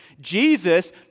Jesus